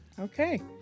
okay